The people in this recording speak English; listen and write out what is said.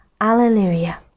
Alleluia